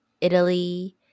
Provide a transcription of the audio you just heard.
Italy